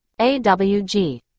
AWG